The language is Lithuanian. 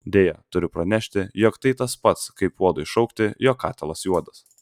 deja turiu pranešti jog tai tas pats kaip puodui šaukti jog katilas juodas